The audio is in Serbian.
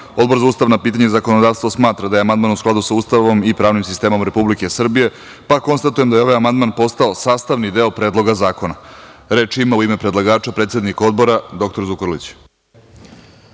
za ustavna pitanja i zakonodavstvo smatra da je amandman u skladu sa Ustavom i pravnim sistemom Republike Srbije, pa konstatujem da je ovaj amandman postao sastavni deo Predloga zakona. Reč ima, u ime predlagača, predsednik Odbora dr Zukorlić.